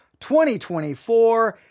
2024